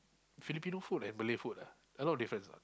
Filipino food and Malay food ah a lot of difference not